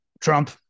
trump